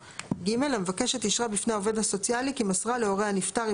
(ג) המבקשת אישרה בפני העובד הסוציאלי כי מסרה להורי הנפטר,